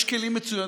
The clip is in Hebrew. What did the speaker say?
יש כלים מצוינים.